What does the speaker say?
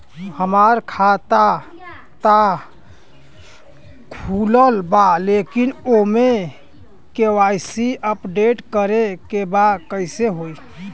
हमार खाता ता खुलल बा लेकिन ओमे के.वाइ.सी अपडेट करे के बा कइसे होई?